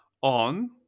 on